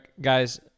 guys